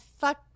fuck